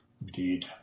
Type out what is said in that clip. Indeed